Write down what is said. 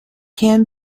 can